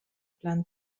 plan